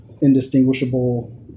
indistinguishable